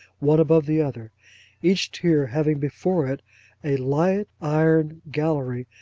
one above the other each tier having before it a light iron gallery,